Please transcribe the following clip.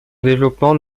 développement